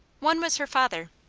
one was her father.